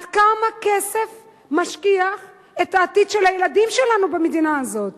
עד כמה כסף משכיח את העתיד של הילדים שלנו במדינה הזאת?